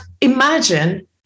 imagine